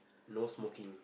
no smoking